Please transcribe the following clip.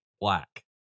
black